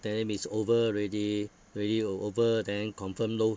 then it's over already already o~ over then confirm low